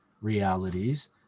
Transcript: realities